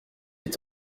est